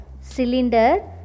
cylinder